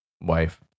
wife